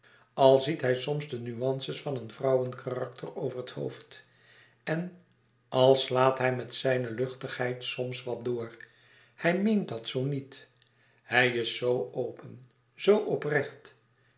al ziet hij soms de nuances van een vrouwenkarakter over t hoofd en al slaat hij met zijne luchtigheid soms wat door hij meent dat zoo niet hij is zoo open zoo oprecht